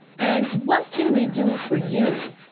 and what can we do for you?